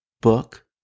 book